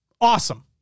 Awesome